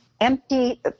empty